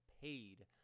paid